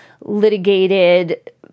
litigated